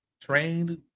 trained